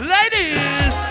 Ladies